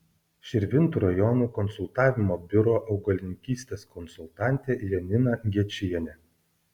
širvintų rajono konsultavimo biuro augalininkystės konsultantė janina gečienė